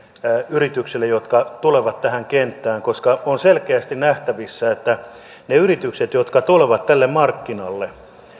yrityksille jotka tulevat tähän kenttään koska on selkeästi nähtävissä että ne yritykset jotka tulevat tälle markkinalle